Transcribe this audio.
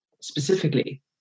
specifically